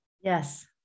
yes